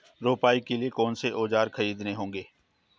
रोपाई के लिए कौन से औज़ार खरीदने होंगे?